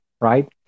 right